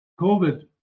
COVID